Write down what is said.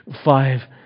five